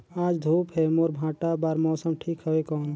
आज धूप हे मोर भांटा बार मौसम ठीक हवय कौन?